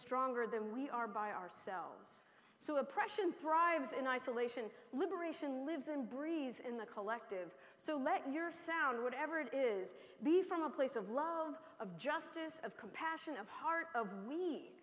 stronger than we are by ourselves so oppression thrives in isolation liberation lives and breathes in the collective so let your sound whatever it is the from a place of love of justice of compassion of heart of